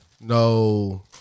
No